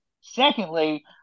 Secondly